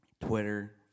Twitter